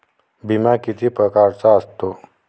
बिमा किती परकारचा असतो?